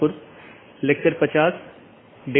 आज हम BGP पर चर्चा करेंगे